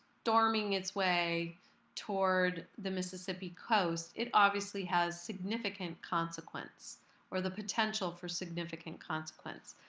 storming its way toward the mississippi coast, it obviously has significant consequence or the potential for significant consequence.